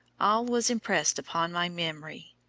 all was impressed upon my memory.